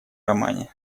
романе